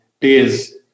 days